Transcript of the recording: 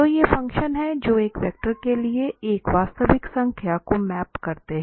तो ये फंक्शन है जो एक वेक्टर के लिए एक वास्तविक संख्या को मैप करते हैं